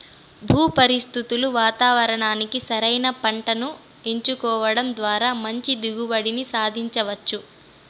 భూ పరిస్థితులు వాతావరణానికి సరైన పంటను ఎంచుకోవడం ద్వారా మంచి దిగుబడిని సాధించవచ్చు